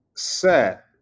set